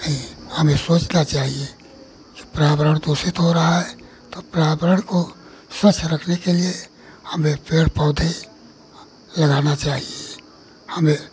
यही है हमें सोचना चाहिए कि पर्यावरण दूषित हो रहा है तो पर्यावरण को स्वच्छ रखने के लिए हमें पेड़ पौधे लगाना चाहिए हमें